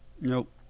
Nope